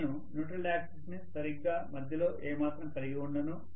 నేను neutral access ను సరిగ్గా మధ్యలో ఏమాత్రం కలిగి ఉండను